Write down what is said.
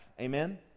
Amen